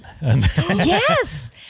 Yes